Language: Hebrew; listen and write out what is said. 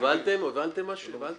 הבנתם משהו?